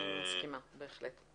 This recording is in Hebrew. אני מסכימה, בהחלט.